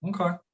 Okay